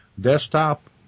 desktop